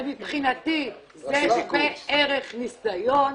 מבחינתי זה שווה ערך לניסיון.